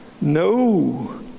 no